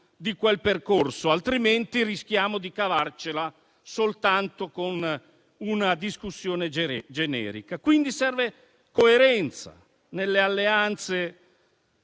di quel percorso, altrimenti rischiamo di cavarcela soltanto con una discussione generica. Pertanto, serve coerenza nelle alleanze,